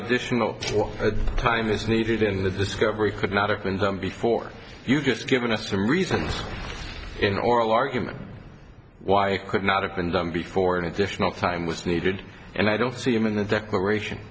additional time is needed in the discovery could not of been done before you've just given us a reason in oral argument why it could not have been done before an additional time was needed and i don't see him in the declaration